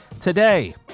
Today